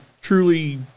truly